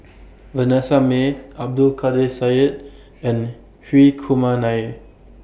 Vanessa Mae Abdul Kadir Syed and Hri Kumar Nair